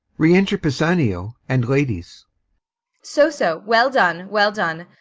re-enter pisanio and ladies so, so. well done, well done.